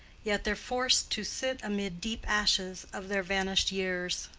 yet they're forced to sit amid deep ashes of their vanished years.